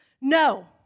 No